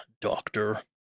Doctor